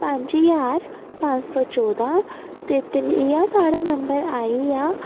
पंज ज्हार पंज सौ चौदां ते त्रीआ साढ़ा नंबर आई गेआ